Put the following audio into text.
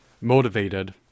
motivated